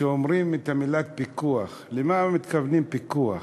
כשאומרים את המילה פיקוח, למה מתכוונים בפיקוח?